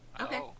Okay